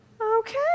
Okay